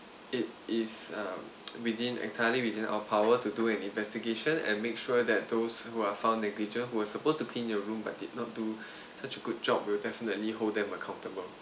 it is um within entirely within our power to do an investigation and make sure that those who are found negligent who were supposed to clean your room but did not do such a good job we'll definitely hold them accountable